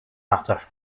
matter